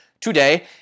today